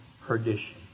perdition